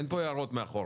אין פה הערות מאחור.